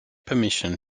permission